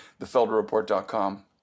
thefelderreport.com